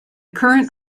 current